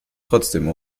trotzdem